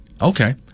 Okay